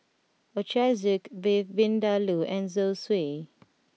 Ochazuke Beef Vindaloo and Zosui